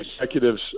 executives